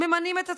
ממנים את עצמם,